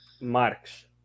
Marx